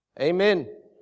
Amen